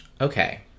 Okay